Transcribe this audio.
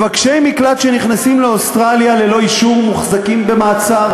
מבקשי מקלט שנכנסים לאוסטרליה ללא אישור מוחזקים במעצר.